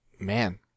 Man